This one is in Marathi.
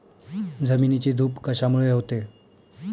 जमिनीची धूप कशामुळे होते?